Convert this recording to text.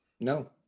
no